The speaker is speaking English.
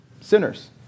Sinners